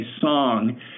song